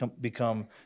become